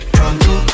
Pronto